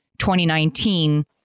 2019